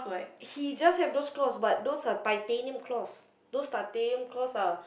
he just has those claws but those are titanium claws those titanium claws are